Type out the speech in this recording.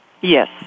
Yes